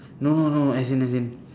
no no no as in as in